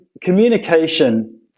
communication